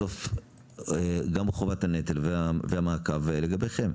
בסוף גם חובת הנטל והמעקב הוא עליכם.